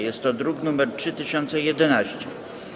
Jest to druk nr 3011.